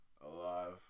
alive